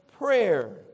Prayer